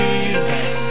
Jesus